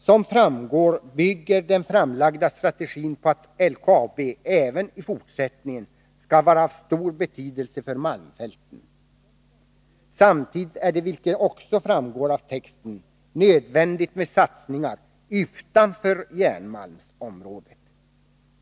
Som framgår bygger den framlagda strategin på att LKAB även i fortsättningen skall vara av stor betydelse för malmfälten. Samtidigt är det, vilket också framgår av texten, nödvändigt med satsningar utanför järnmalmsområdet.